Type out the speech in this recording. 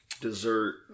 dessert